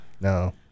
No